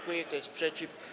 Kto jest przeciw?